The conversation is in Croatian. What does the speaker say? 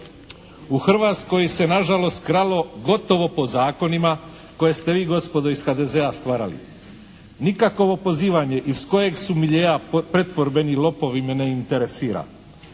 U Hrvatskoj se nažalost kralo gotovo po zakonima koje ste vi gospodo iz HDZ-a stvarali. Nikakovo pozivanje iz kojeg su miljea pretvorbeni lopovi me ne interesira.